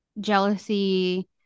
jealousy